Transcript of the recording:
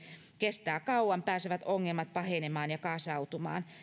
kestää kauan pääsevät ongelmat pahenemaan ja kasautumaan